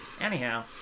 Anyhow